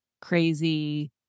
crazy